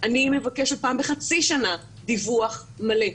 אני מבקשת פעם בחצי שנה דיווח מלא.